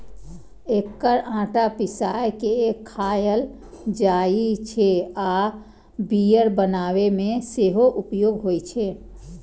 एकर आटा पिसाय के खायल जाइ छै आ बियर बनाबै मे सेहो उपयोग होइ छै